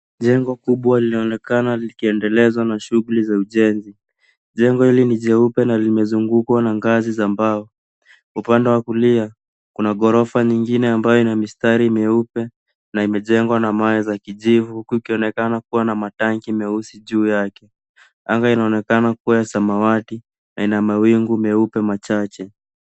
Jengo kubwa linaonekana likiendelezwa na shughuli za ujenzi. Jengo hili ni jeupe na limezungukwa na ngazi za mbao. Upande wa kulia, kuna ghorofa nyingine ambayo ina mistari myeupe na imejengwa na mawe za kijivu huku ikionekana kuwa na matangi meusi juu yake. Anga inaonekana kuwa ya samawati na ina mawingu meupe machache.